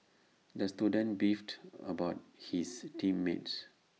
the student beefed about his team mates